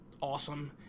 awesome